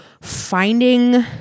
finding